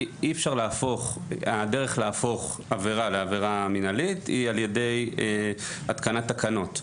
הדרך להפוך עבירה לעבירה מינהלית היא על ידי התקנת תקנות.